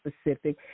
specific